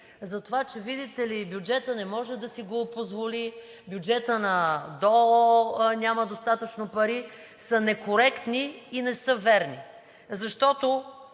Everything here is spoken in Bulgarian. за това, че, видите ли, бюджетът не може да си го позволи, в бюджета на ДОО няма достатъчно пари, са некоректни и не са верни. Защото